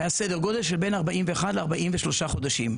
היה בסדר גודל של 41-43 חודשים.